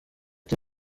ati